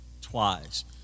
twice